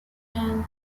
and